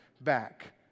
back